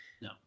No